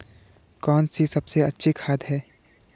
कौन सी सबसे अच्छी खाद है?